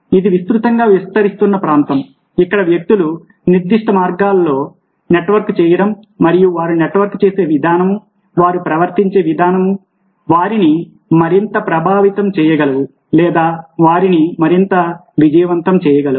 ఇది విస్తృతంగా విస్తరిస్తున్న ప్రాంతం ఇక్కడ వ్యక్తులు నిర్దిష్ట మార్గాల్లో నెట్వర్క్ చేయడం మరియు వారు నెట్వర్క్ చేసే విధానం వారు ప్రవర్తించే విధానం వారిని మరింత ప్రభావితం చేయగలవు లేదా వారిని మరింత విజయవంతం చేయగలవు